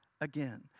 again